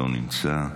לא נמצא.